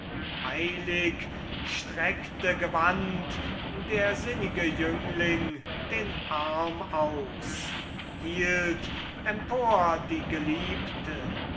eilig streckte gewandt der sinnige jüngling den arm aus hielt empor die geliebte